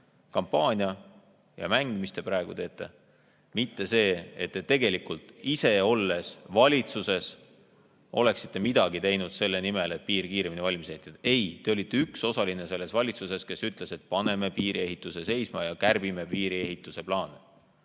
kampaania ja mäng, mis te praegu teete, mitte see, et te tegelikult ise valitsuses olles oleksite midagi teinud selle nimel, et piir kiiremini valmis ehitada. Ei, te olite üks osaline selles valitsuses, kes ütles, et paneme piiriehituse seisma ja kärbime piiriehituse plaane.